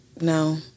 No